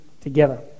together